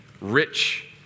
rich